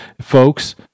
Folks